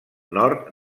nord